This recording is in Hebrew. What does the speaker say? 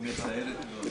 כן, היא מצערת מאוד.